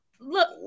Look